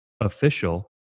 official